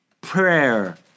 prayer